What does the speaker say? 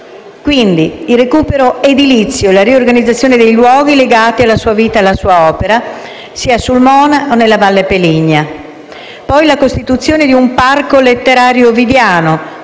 grazie a tutta